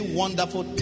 wonderful